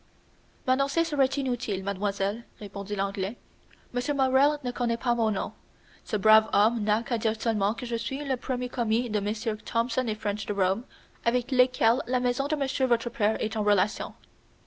m'annoncer serait inutile mademoiselle répondit l'anglais m morrel ne connaît pas mon nom ce brave homme n'a qu'à dire seulement que je suis le premier commis de mm thomson et french de rome avec lesquels la maison de monsieur votre père est